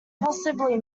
possibly